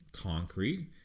concrete